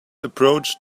approached